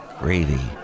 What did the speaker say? gravy